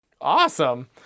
Awesome